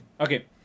Okay